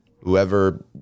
whoever